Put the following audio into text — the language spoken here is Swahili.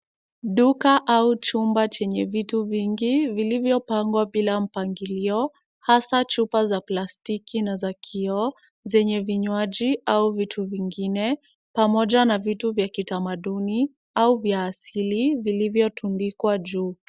Duka au chumba chenye vitu vingi vilivopangwa bila mpangilio, hasa chupa za plastiki na za kioo, zenye vinywaji au vitu vingine, pamoja na vitu vya kitamaduni au vya asili vilivyotundikwa juu,